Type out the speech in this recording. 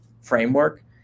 framework